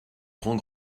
grand